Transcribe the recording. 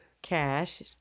cash